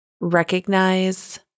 recognize